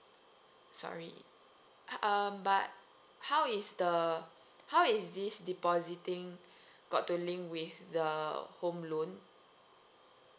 sorry um but how is the how is this depositing got to link with the home loan